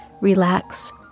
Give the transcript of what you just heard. relax